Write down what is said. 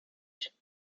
sich